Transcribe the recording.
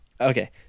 Okay